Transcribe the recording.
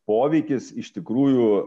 poveikis iš tikrųjų